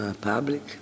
public